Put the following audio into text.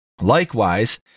Likewise